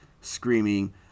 screaming